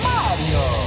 Mario